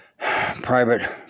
private